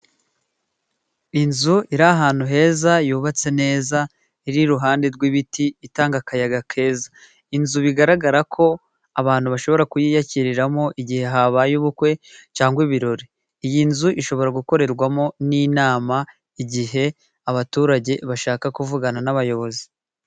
Inzu iri ahantu heza yubatse neza iri iruhande rw'ibiti itanga akayaga keza. Inzu bigaragara ko abantu bashobora kuyiyakiriramo igihe habaye ubukwe cyangwa ibirori. Iyi nzu ishobora gukorerwamo n'inama igihe abaturage bashaka kuvugana n'abayobozi.